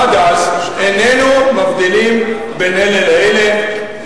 איננו מבדילים בין אלה לאלה,